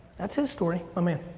that's his story. my man.